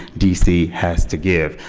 d c. has to give.